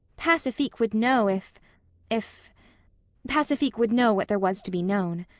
pacifique would know if if pacifique would know what there was to be known.